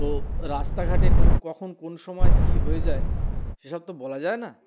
তো রাস্তাঘাটে কখন কোন সময় কী হয়ে যায় সেসব তো বলা যায় না